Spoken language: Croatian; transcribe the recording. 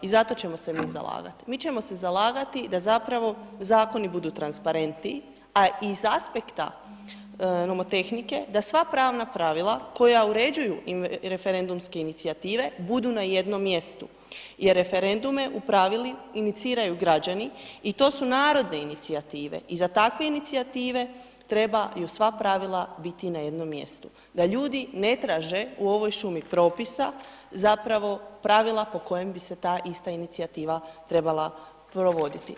I zato ćemo se mi zalagat, mi ćemo se zalagati da zapravo zakoni budu transparentniji, a iz aspekta nomotehnike da sva pravna pravila koja uređuju referendumske inicijative budu na jednom mjestu, jer referendume u pravilu iniciraju građani i to su narodne inicijative i za takve inicijative trebaju sva pravila biti na jednom mjestu, da ljudi ne traže u ovoj šumi propisa zapravo pravila po kojim bi se ta ista inicijativa trebala provoditi.